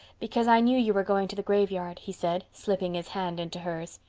because i knew you were going to the graveyard, he said, slipping his hand into hers.